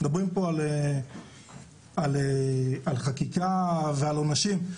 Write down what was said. מדברים פה על חקיקה ועל עונשים.